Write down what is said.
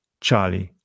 Charlie